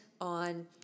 on